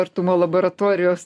artumo laboratorijos